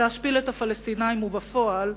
להשפיל את הפלסטינים, ובפועל,